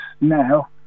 now